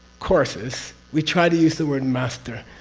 courses we try to use the word master,